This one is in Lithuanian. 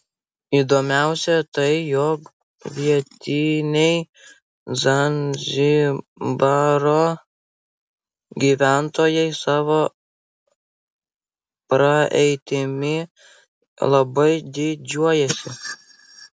įdomiausia tai jog vietiniai zanzibaro gyventojai savo praeitimi labai didžiuojasi